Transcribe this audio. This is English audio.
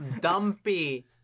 Dumpy